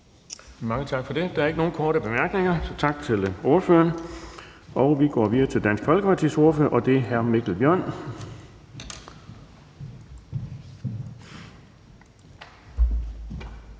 Mange tak for det. Der er ikke nogen korte bemærkninger. Tak til ordføreren. Vi går videre til Dansk Folkepartis ordfører, og det er hr. Mikkel Bjørn.